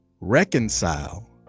reconcile